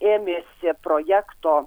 ėmėsi projekto